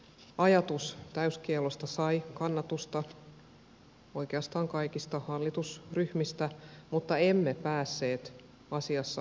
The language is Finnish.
ajatus täyskiellosta sai kannatusta oikeastaan kaikista hallitusryhmistä mutta emme päässeet asiassa yhteisymmärrykseen